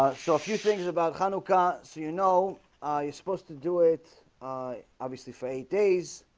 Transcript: so a few things about honoka so you know he's supposed to do it obviously for eight days